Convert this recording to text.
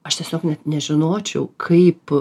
aš tiesiog net nežinočiau kaip